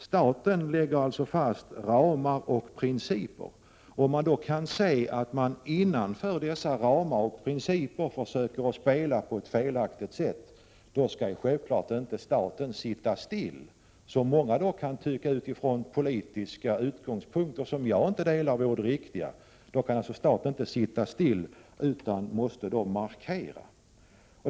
Staten lägger alltså fast ramar och principer. Om man då kan se att någon inom dessa ramar och principer försöker spela på ett felaktigt sätt, skall självfallet inte staten sitta still, vilket många kan tycka utifrån politiska utgångspunkter som jag inte anser vara riktiga, utan måste markera.